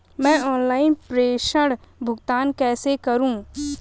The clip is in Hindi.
मैं ऑनलाइन प्रेषण भुगतान कैसे करूँ?